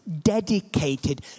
dedicated